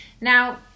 now